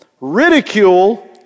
Ridicule